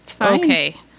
okay